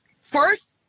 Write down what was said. first